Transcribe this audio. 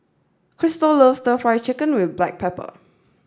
Kristal loves Stir Fry Chicken with black pepper